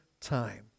time